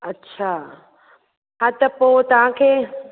अच्छा हा त पोइ तव्हां खे